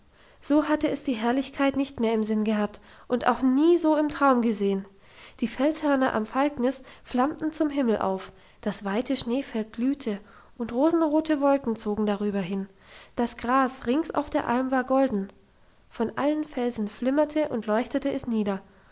so hatte es die herrlichkeit nicht mehr im sinn gehabt und auch nie so im traum gesehen die felshörner am falknis flammten zum himmel auf das weite schneefeld glühte und rosenrote wolken zogen darüber hin das gras rings auf der alm war golden von allen felsen flimmerte und leuchtete es nieder